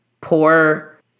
poor